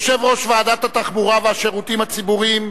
יושב-ראש ועדת התחבורה והשירותים הציבוריים,